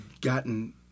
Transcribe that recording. gotten